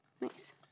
Nice